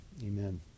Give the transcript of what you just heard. amen